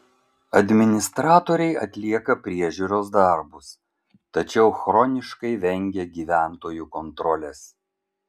administratoriai atlieka priežiūros darbus tačiau chroniškai vengia gyventojų kontrolės